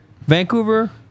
Vancouver